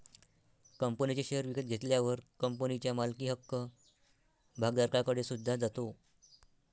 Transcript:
कंपनीचे शेअर विकत घेतल्यावर कंपनीच्या मालकी हक्क भागधारकाकडे सुद्धा जातो